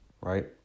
Right